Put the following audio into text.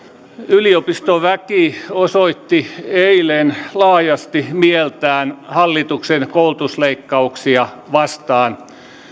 yliopistoväki osoitti eilen laajasti mieltään hallituksen koulutusleikkauksia vastaan